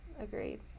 agreed